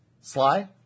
Sly